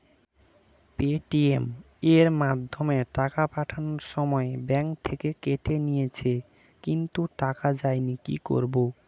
Paytm এর মাধ্যমে টাকা পাঠানোর সময় ব্যাংক থেকে কেটে নিয়েছে কিন্তু টাকা যায়নি কি করব?